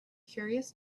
curious